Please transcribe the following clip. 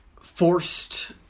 forced